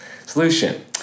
solution